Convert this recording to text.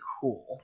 cool